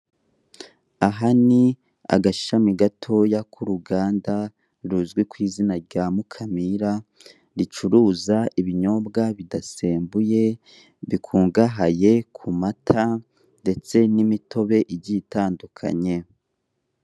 Aha ni agashami gatoya k'uruganda ruzwi kw'izina rya Mukamira, ricuruza ibinyobwa bidasembuye bikungahaye ku mata ndetse n'imitobe igiye itandukanye.